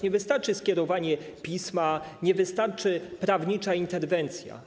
Nie wystarczy skierowanie pisma, nie wystarczy prawnicza interwencja.